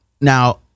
Now